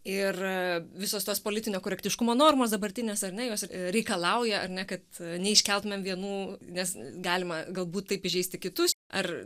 ir visos tos politinio korektiškumo normos dabartinės ar ne jos reikalauja ar ne kad neiškeltumėm vienų nes galima galbūt taip įžeisti kitus ar